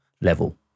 level